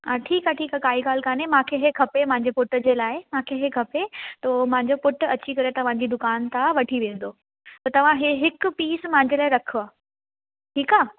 हा ठीकु आहे ठीकु आहे काई ॻाल्हि कोन्हे मूंखे इहो खपे मुंहिंजे पुट जे लाइ मूंखे इहो खपे थो मुंहिंजो पुटु अची करे तव्हांजी दुकान सां वठी वेंदो त तव्हां इहो हिकु पीस मुंहिंजे लाइ रखो ठीकु आहे